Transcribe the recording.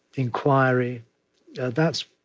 inquiry that's,